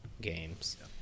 games